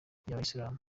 n’abayisilamu